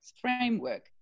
framework